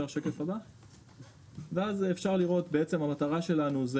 בשקף הבא אפשר לראות שהמטרה שלנו היא